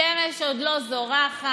השמש עוד לא זורחת,